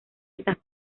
estas